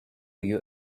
you